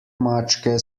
mačke